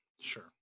sure